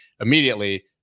immediately